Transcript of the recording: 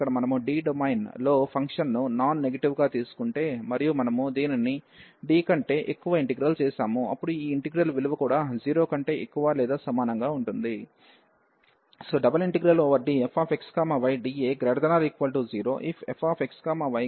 ఇక్కడ మనము D domain లో ఫంక్షన్ను నాన్ నెగటివ్ గా తీసుకుంటే మరియు మనము దీనిని D కంటే ఎక్కువ ఇంటిగ్రల్ చేసాము అప్పుడు ఈ ఇంటిగ్రల్ విలువ కూడా 0 కంటే ఎక్కువ లేదా సమానంగా ఉంటుంది